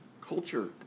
culture